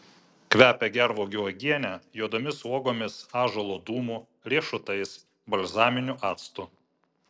kvepia gervuogių uogiene juodomis uogomis ąžuolo dūmu riešutais balzaminiu actu